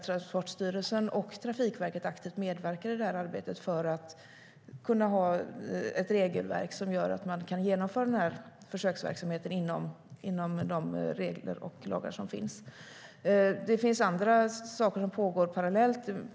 Transportstyrelsen och Trafikverket medverkar aktivt i det arbetet för att kunna få fram ett regelverk som gör att försöksverksamheten kan genomföras inom de regler och lagar som finns. Parallellt pågår andra saker.